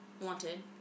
wanted